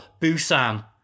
Busan